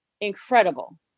incredible